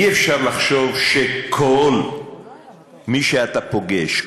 אי-אפשר לחשוב שכל מי שאתה פוגש,